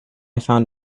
found